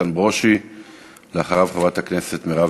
חבר הכנסת איתן ברושי.